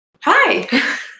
Hi